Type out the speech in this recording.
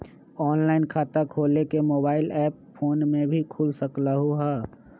Online खाता खोले के मोबाइल ऐप फोन में भी खोल सकलहु ह?